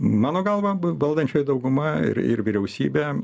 mano galva valdančioji dauguma ir ir vyriausybė